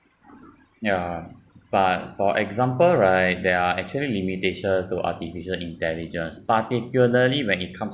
ya but for example right there are actually limitations to artificial intelligence particularly when it comes